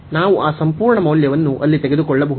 ನಾವು ಆ ಸಂಪೂರ್ಣ ಮೌಲ್ಯವನ್ನು ಅಲ್ಲಿ ತೆಗೆದುಕೊಳ್ಳಬಹುದು